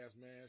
man